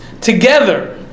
together